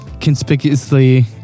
conspicuously